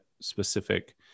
specific